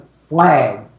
flag